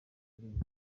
gereza